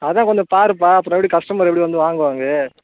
அதான் கொஞ்சம் பாருப்பா அப்புறம் எப்படி கஸ்டமர் எப்படி வந்து வாங்குவாங்க